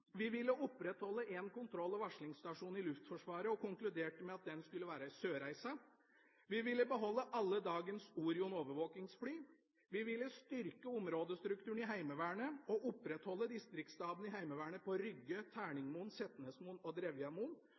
vi ville opprettholde én kontroll- og varslingsstasjon i Luftforsvaret og konkluderte med at den skulle være i Sørreisa. Vi ville beholde alle dagens Orion overvåkingsfly, og vi ville styrke områdestrukturen i Heimevernet og opprettholde distriktsstabene i Heimevernet på Rygge, Terningmoen, Setnesmoen og Drevjamoen